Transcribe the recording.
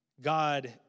God